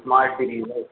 smart series ہے یہ